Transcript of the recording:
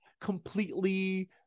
completely